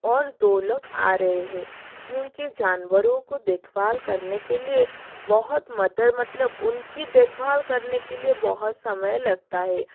और दो लोग आ रहे है क्योंकि जानवरों को देखबाल करने के लिए बहुत मतलब उनकी देखभाल करने के लिए बहुत समय लगता है